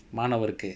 மாணவர்க்கு:maanavarku